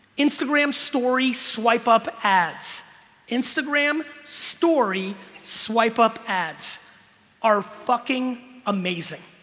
instagram story swipe up ads instagram story swipe up ads are fucking amazing